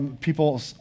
people